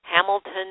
Hamilton